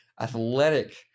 Athletic